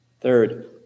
Third